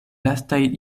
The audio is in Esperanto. lastaj